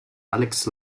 alex